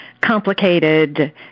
complicated